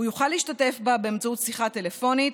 הוא יוכל להשתתף בה באמצעות שיחה טלפונית,